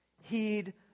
Heed